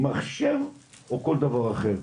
מחשב או כל דבר אחר,